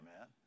man